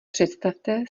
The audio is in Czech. představte